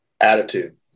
Attitude